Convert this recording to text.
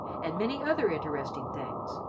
and many other interesting things,